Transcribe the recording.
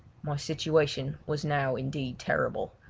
my situation was now indeed terrible,